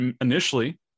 initially